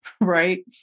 right